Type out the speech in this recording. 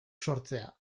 sortzea